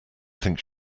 think